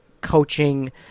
coaching